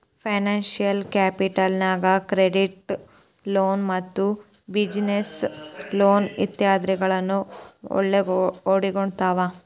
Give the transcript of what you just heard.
financial capital ನ್ಯಾಗ್ credit card loan ಮತ್ತ business loan ಇತಾದಿಗಳನ್ನ ಒಳ್ಗೊಂಡಿರ್ತಾವ